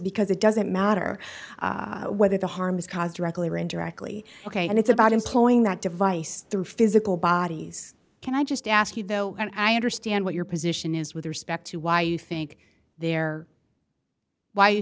because it doesn't matter whether the harm is caused directly or indirectly ok and it's about employing that device through physical bodies can i just ask you though and i understand what your position is with respect to why you think there why you